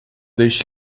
deixe